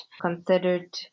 considered